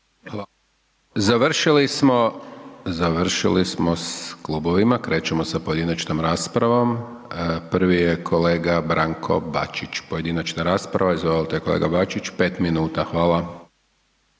završili smo s klubovima, krećemo sa pojedinačnom raspravom. Prvi je kolega Branko Bačić, pojedinačna rasprava, izvolite kolega Bačić, 5 minuta, hvala.